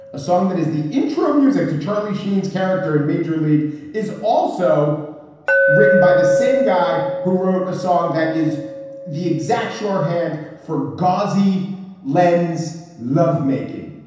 a song that is the intro music to charlie sheen's character. and major league is also written by the same guy who wrote a song that is the exact shorthand for gauzy len's love making.